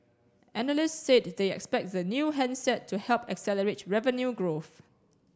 analysts said they expect the new handset to help accelerate revenue growth